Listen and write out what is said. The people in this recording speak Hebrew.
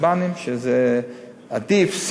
שזה "עדיף",